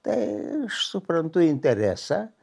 tai aš suprantu interesą